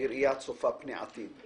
בראייה צופה פני העתיד,